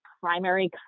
primary